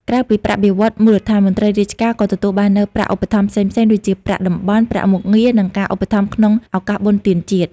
ក្រៅពីប្រាក់បៀវត្សរ៍មូលដ្ឋាន មន្ត្រីរាជការក៏ទទួលបាននូវប្រាក់ឧបត្ថម្ភផ្សេងៗ ដូចជាប្រាក់តំបន់ ប្រាក់មុខងារ និងការឧបត្ថម្ភក្នុងឱកាសបុណ្យទានជាតិ។